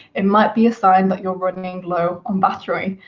it might be a sign that you're running low on batteries.